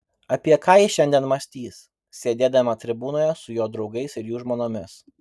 apie ką ji šiandien mąstys sėdėdama tribūnoje su jo draugais ir jų žmonomis